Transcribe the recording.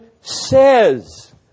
says